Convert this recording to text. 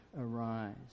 arise